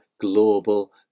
global